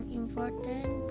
important